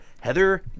Heather